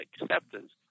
acceptance